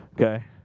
okay